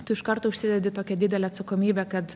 tu iš karto užsidedi tokią didelę atsakomybę kad